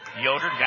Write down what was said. Yoder